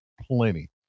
plenty